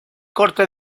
corte